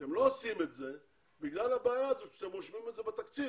אתם לא עושים את זה בגלל הבעיה הזאת שאתם רושמים את זה בתקציב.